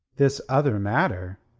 this other matter?